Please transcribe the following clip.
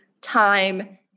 time